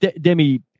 Demi